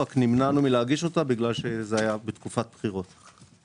רק נמנענו מלהגיש אותם בגלל שזה היה בתקופת בחירות.